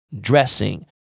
dressing